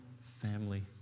family